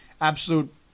Absolute